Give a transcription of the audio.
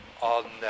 on